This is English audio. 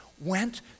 went